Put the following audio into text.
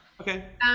Okay